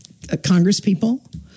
congresspeople